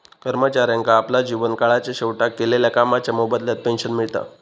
कर्मचाऱ्यांका आपल्या जीवन काळाच्या शेवटाक केलेल्या कामाच्या मोबदल्यात पेंशन मिळता